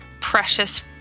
precious